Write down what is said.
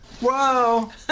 Whoa